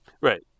Right